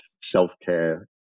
self-care